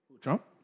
Trump